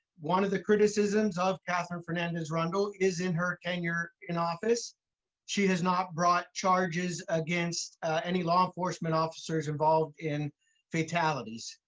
one of the criticisms of katherine fernandez rundle is in her tenure in office she has not brought charges against any law enforcement officers involved in fatalities.